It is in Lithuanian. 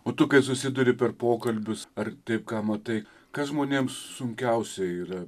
o tu kai susiduri per pokalbius ar tai ką matai kas žmonėms sunkiausia yra